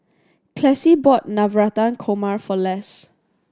Classie bought Navratan Korma for Les